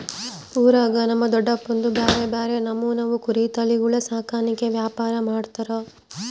ಊರಾಗ ನಮ್ ದೊಡಪ್ನೋರ್ದು ಬ್ಯಾರೆ ಬ್ಯಾರೆ ನಮೂನೆವು ಕುರಿ ತಳಿಗುಳ ಸಾಕಾಣಿಕೆ ವ್ಯಾಪಾರ ಮಾಡ್ತಾರ